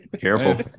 careful